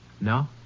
No